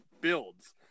builds